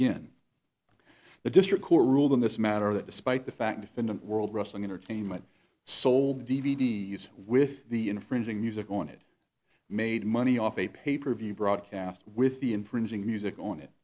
in the district court ruled in this matter that despite the fact defendant world wrestling entertainment sold d v d s with the infringing music on it made money off a pay per view broadcast with the infringing music on it